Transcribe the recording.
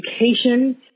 education